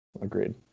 Agreed